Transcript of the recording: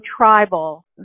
tribal